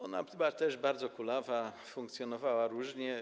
Ona też była bardzo kulawa, funkcjonowała różnie.